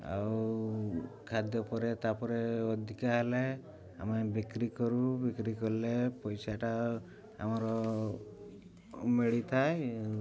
ଆଉ ଖାଦ୍ୟ ପରେ ତା'ପରେ ଅଧିକା ହେଲେ ଆମେ ବିକ୍ରି କରୁ ବିକ୍ରି କଲେ ପଇସାଟା ଆମର ମିଳିଥାଏ